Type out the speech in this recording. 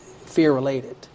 fear-related